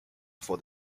for